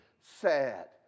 sad